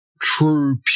true